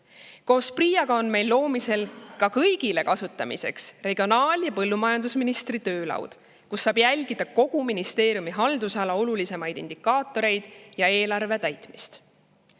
Koos PRIA‑ga loome kõigile kasutamiseks ka regionaal‑ ja põllumajandusministri töölauda, kus saab jälgida kogu ministeeriumi haldusala olulisimaid indikaatoreid ja eelarve täitmist.